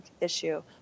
issue